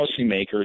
policymakers